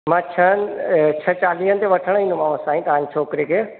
मां छहनि छह चालीहनि ते वठणु ईंदमि साईं तव्हांजे छोकिरे खे